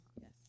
yes